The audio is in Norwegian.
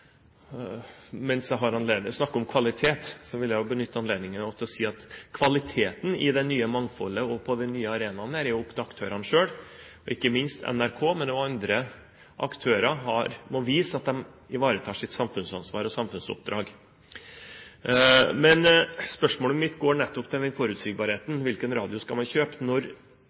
Mens jeg snakker om kvalitet, vil jeg benytte anledningen også til å si at kvaliteten i det nye mangfoldet og på den nye arenaen er opp til aktørene selv, ikke minst NRK. Men også andre aktører må vise at de ivaretar sitt samfunnsansvar og sitt samfunnsoppdrag. Men spørsmålet mitt går nettopp på det med forutsigbarheten og hvilken radio man skal kjøpe. Når